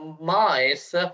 mice